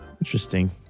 Interesting